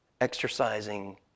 exercising